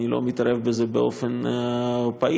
אני לא מתערב בזה באופן פעיל,